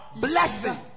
Blessing